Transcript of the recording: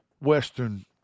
Western